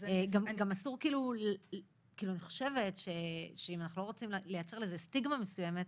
אני חושבת שאם אנחנו לא רוצים לייצר לזה סטיגמה מסוימת,